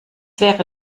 wäre